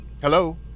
Hello